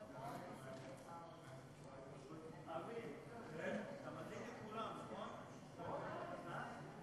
שבו חזית ההסברה היא חזית מרכזית וחשובה לא פחות מחזיתות אחרות,